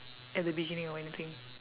at the beginning or anything